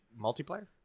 multiplayer